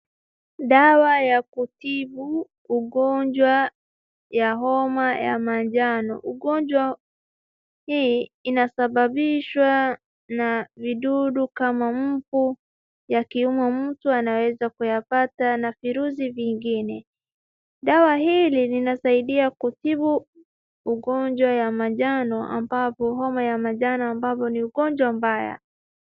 Dawa yakutibu ugonjwa ya homa ya manjano. Ugonjwa hii imesababishwa na mdudu kama mfu yakiwemo mtu anaweza kuipata na virusi vingine. Dawa hili linasaidia kutibu ugonjwa wa manjano ambavo ni ugonjwa mbaya.